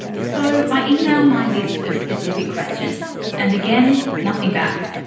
so i email my list of specific questions. and again. nothing back.